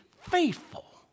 faithful